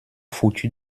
foutus